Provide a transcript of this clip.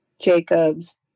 Jacob's